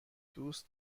دوست